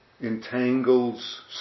entangles